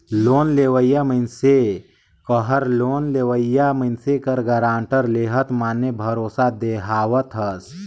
loan लेवइया मइनसे कहर लोन लेहोइया मइनसे कर गारंटी लेहत माने भरोसा देहावत हस